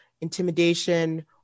intimidation